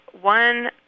one